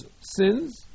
sins